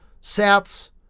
South's